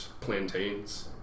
plantains